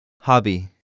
Hobby